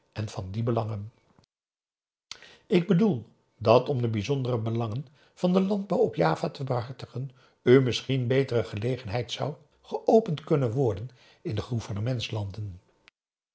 en van die belangen ik bedoel dat om de bijzondere belangen van den landbouw op java te behartigen u misschien betere gelegenheid zou geopend kunnen worden in de gouvernementslanden